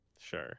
sure